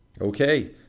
Okay